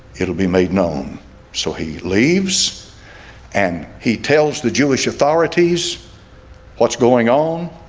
it'll be made known so he leaves and he tells the jewish authorities what's going on?